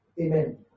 Amen